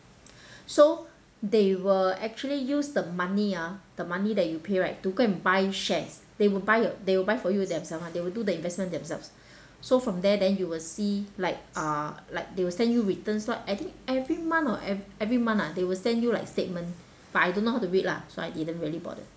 so they will actually use the money ah the money that you pay right to go and buy shares they will buy yo~ they will buy for you themselves [one] they will do the investment themselves so from there then you will see like uh like they will send you returns lor I think every month or every month ah they will send you like statement but I don't know how to read lah so I didn't really bother